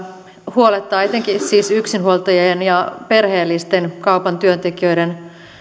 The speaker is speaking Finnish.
huolettavat etenkin siis yksinhuoltajien ja perheellisten kaupan työntekijöiden